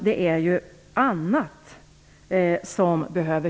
Det är annat som behövs.